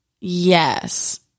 Yes